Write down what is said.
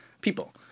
people